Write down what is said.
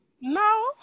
no